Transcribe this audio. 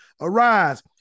Arise